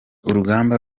urugamba